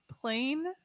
Plain